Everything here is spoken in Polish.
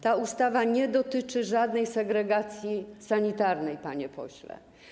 Ta ustawa nie dotyczy żadnej segregacji sanitarnej, panie pośle.